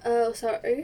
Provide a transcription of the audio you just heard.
err sorry